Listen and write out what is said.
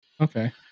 Okay